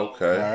Okay